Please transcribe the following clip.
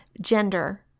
gender